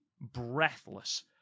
breathless